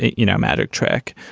you know, mattock trek.